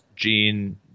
Gene